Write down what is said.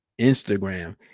Instagram